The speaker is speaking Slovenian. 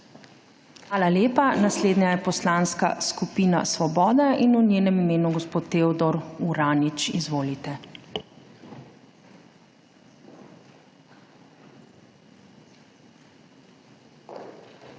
Hvala lepa. Naslednja je Poslanska skupina Svoboda in v njenem imenu gospod Teodor Uranič. Izvolite. **TEODOR